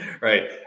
right